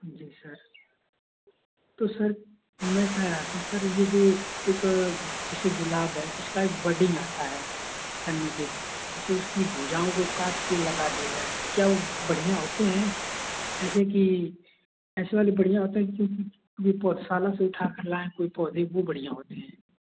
जी sir तो sir मैं कह रहा था सर यह जो एक जैसे गुलाब है इसका एक बडिन्ग आती है जैसे उसकी भुजाओं को काटकर लगा दिया जाए क्या बढ़ियाँ होते हैं जैसे कि ऐसे वाली बढ़ियाँ होता है क्योंकि वह पौधशाला से उठाकर लाएँ कोई पौधे वह बढ़ियाँ होते हैं